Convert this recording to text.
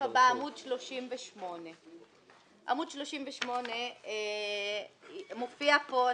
הסעיף הבא הוא בעמ' 38. בעמוד זה מופיע אחד